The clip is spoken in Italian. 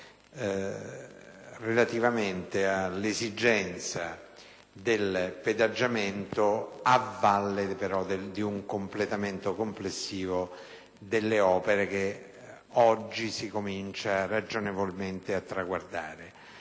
relativamente all'esigenza del pedaggiamento a valle di un completamento complessivo delle opere di cui oggi iniziamo ragionevolmente a vedere